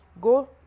go